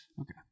Okay